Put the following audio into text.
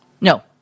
No